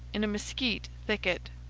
in a mesquite thicket.